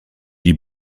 die